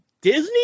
Disney